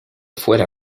fuera